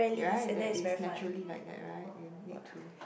right that is naturally like that right you need to